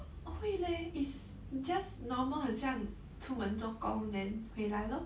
orh 会 leh it's just normal 很像出门做工 then 回来 lor